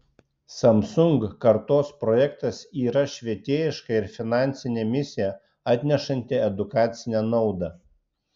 samsung kartos projektas yra švietėjiška ir finansinė misija atnešanti edukacinę naudą